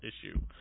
issue